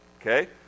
okay